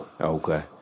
okay